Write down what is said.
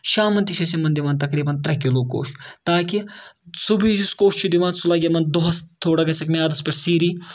شامَن تہِ چھِ أسۍ یِمَن دِوان تقریٖبن ترٛےٚ کِلوٗ کوٚش تاکہِ صُبحٲے یُس کوٚش چھِ دِوان سُہ لَگہِ یِمَن دۄہَس تھوڑا گژھکھ میٛادَس پٮ۪ٹھ سیٖری